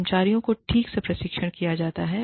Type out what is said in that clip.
कर्मचारियों को ठीक से प्रशिक्षित किया जाता है